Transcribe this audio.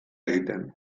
egiten